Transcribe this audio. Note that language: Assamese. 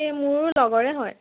এই মোৰ লগৰে হয়